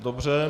Dobře.